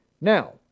Now